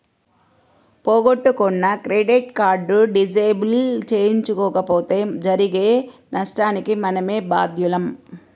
పోగొట్టుకున్న credit card disable చేయించకపోతే జరిగే నష్టానికి మనమే బాధ్యులం